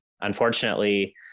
unfortunately